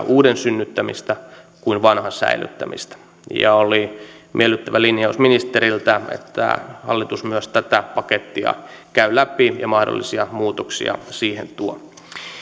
uuden synnyttämistä kuin vanhan säilyttämistä ja oli miellyttävä linjaus ministeriltä että hallitus myös tätä pakettia käy läpi ja mahdollisia muutoksia siihen tuo